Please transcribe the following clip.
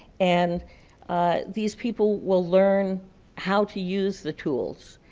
and these people will learn how to use the tools,